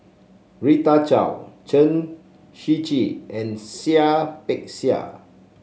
Rita Chao Chen Shiji and Seah Peck Seah